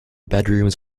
bedrooms